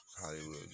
Hollywood